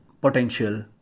potential